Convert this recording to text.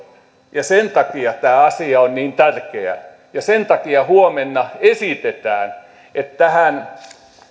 ja sen takia tämä asia on niin tärkeä ja sen takia huomenna esitetään että tähän